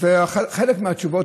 חלק מהתשובות,